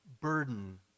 burden